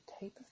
type